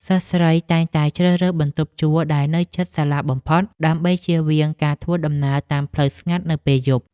សិស្សស្រីតែងតែជ្រើសរើសបន្ទប់ជួលដែលនៅជិតសាលាបំផុត ដើម្បីជៀសវាងការធ្វើដំណើរតាមផ្លូវស្ងាត់នៅពេលយប់។